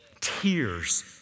tears